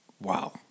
Wow